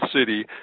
city